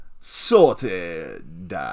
Sorted